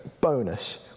bonus